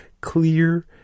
clear